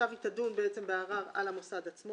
היא תדון בערר על המוסד עצמו,